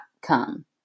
come